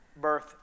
birth